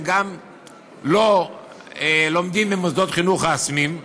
גם לא לומדים במוסדות חינוך רשמיים,